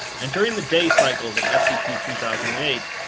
and during the day cycles of scp three thousand and eight,